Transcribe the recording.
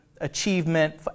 achievement